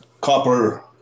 copper